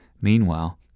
Meanwhile